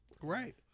Right